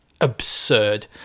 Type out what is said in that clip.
absurd